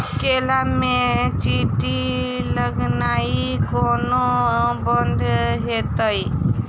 केला मे चींटी लगनाइ कोना बंद हेतइ?